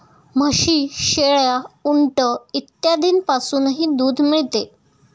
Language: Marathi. म्हशी, शेळ्या, उंट इत्यादींपासूनही दूध मिळते